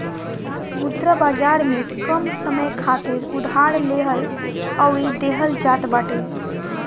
मुद्रा बाजार में कम समय खातिर उधार लेहल अउरी देहल जात बाटे